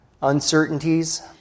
uncertainties